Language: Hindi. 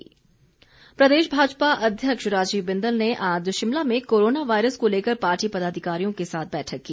बिंदल प्रदेश भाजपा अध्यक्ष राजीव बिंदल ने आज शिमला में कोरोना वायरस को लेकर पार्टी पदाधिकारियों के साथ बैठक की